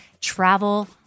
travel